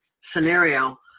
scenario